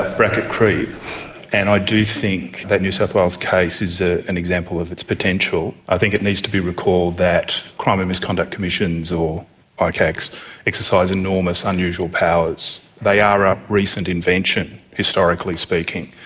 bracket creep and i do think that new south wales case is ah an example of its potential. i think it needs to be recalled that crime and misconduct commission's or icacs exercise enormous unusual powers. powers. they are a recent invention, historically speaking.